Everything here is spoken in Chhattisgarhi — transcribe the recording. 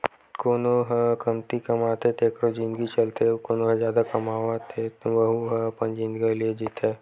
कोनो ह कमती कमाथे तेखरो जिनगी चलथे अउ कोना ह जादा कमावत हे वहूँ ह अपन जिनगी ल जीथे